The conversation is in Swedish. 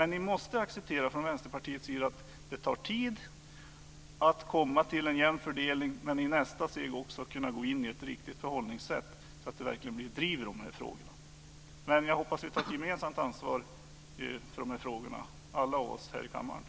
Ni måste acceptera från Vänsterpartiets sida att det tar tid att komma till en jämn fördelning och i nästa steg kunna gå in i ett riktigt förhållningssätt så att det verkligen blir driv i de här frågorna. Men jag hoppas att vi alla här i kammaren tar ett gemensamt ansvar för de här frågorna.